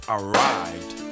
arrived